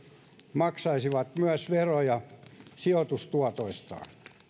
maksaisivat myös veroja sijoitustuotoistaan